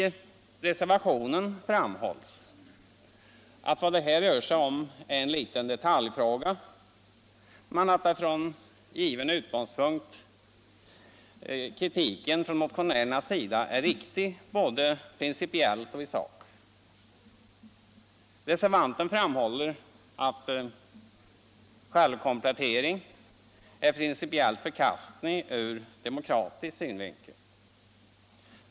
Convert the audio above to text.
I reservationen framhålls att vad det här rör sig om är en liten detaljfråga, men att, från given utgångspunkt, kritiken från motionärerna är riktig både principiellt och i sak. Reservanten framhåller att självkomplettering är principiellt förkastlig ur demokratisk synvinkel.